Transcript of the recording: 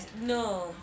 no